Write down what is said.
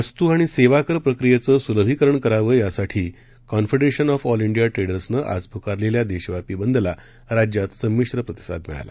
वस्तू आणि सेवाकर प्रक्रियेचं सुलभीकरण करावं यासाठी कॉन्फडेरेशन ऑफ ऑल इंडिया ट्रेडर्सनं आज पुकारलेल्या देशव्यापी बंदला राज्यात संमिश्र प्रतिसाद मिळाला